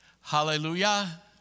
Hallelujah